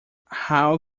how